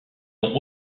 ont